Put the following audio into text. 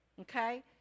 okay